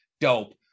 dope